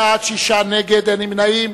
בעד, 66, נגד, 6, ואין נמנעים.